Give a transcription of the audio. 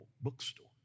bookstore